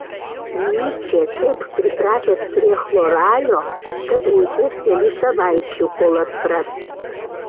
nyčė taip pripratęs prie chloralio kad reikės kelių savaičių kol atpras